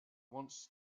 wants